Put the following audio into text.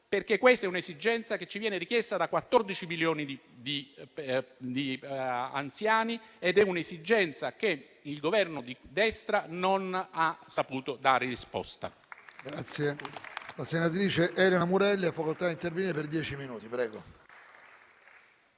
perché questa è un'esigenza che ci viene rappresentata da 14 milioni di anziani ed è un'esigenza cui il Governo di destra non ha saputo dare risposta.